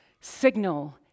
signal